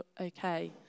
okay